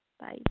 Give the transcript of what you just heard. Bye